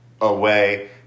away